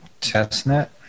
Testnet